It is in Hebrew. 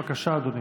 בבקשה, אדוני.